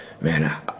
man